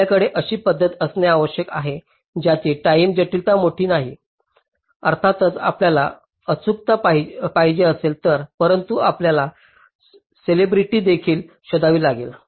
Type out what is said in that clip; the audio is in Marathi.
आपल्याकडे अशी पद्धत असणे आवश्यक आहे ज्याची टाईम जटिलता मोठी नाही अर्थातच आम्हाला अचूकता पाहिजे असेल परंतु आपल्याला स्केलेबिलिटी देखील शोधावी लागेल